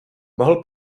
mohl